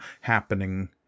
happening